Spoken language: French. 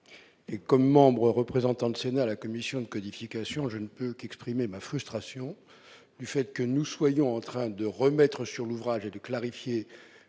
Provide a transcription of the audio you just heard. et comme membres représentant de Sun à la commission de codification, je ne peux qu'exprimer ma frustration du fait que nous soyons en train de remettre sur l'ouvrage est de clarifier